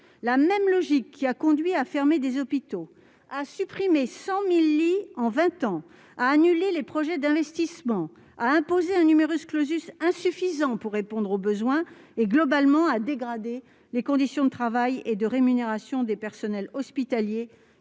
même logique qui a conduit à fermer des hôpitaux, à supprimer 100 000 lits en vingt ans, à annuler les projets d'investissement, à imposer un insuffisant pour répondre aux besoins et, globalement, à dégrader les conditions de travail et de rémunération des personnels hospitaliers,